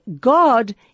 God